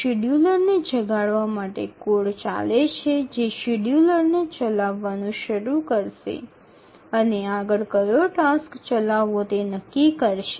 scheduler কোডটি শুরু করে কোন কাজটি চালানো হবে তা স্থির করা হয়